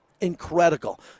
Incredible